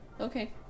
Okay